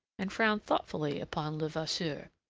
and frowned thoughtfully upon levasseur.